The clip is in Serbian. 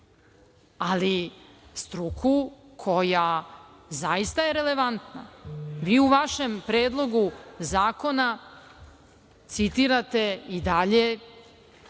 ali struku koja zaista je relevantna. Vi u vašem predlogu zakona citirate i dalje